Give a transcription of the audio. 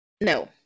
No